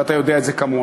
ואתה יודע את זה כמוני.